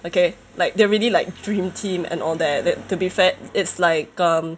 okay like they're really like dream team and all that to be fair it's like um